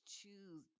choose